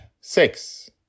six